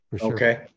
Okay